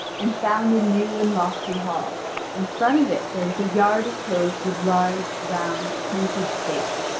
and found a new and lofty hall in front of it there was a yard enclosed with large, round, pointed stakes,